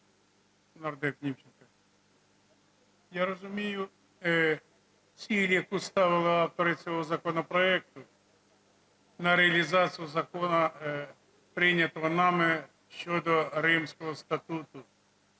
нардеп Німченко. Я розумію ціль, яку ставили автори цього законопроекту на реалізацію закону, прийнятого нами щодо Римського статуту.